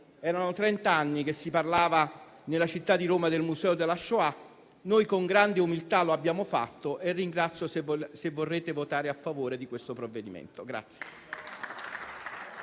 trent'anni si parlava nella città di Roma del Museo della Shoah. Noi con grande umiltà lo abbiamo fatto e vi ringrazio se vorrete votare a favore del provvedimento in